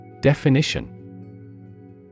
Definition